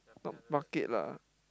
not bucket lah